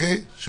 אני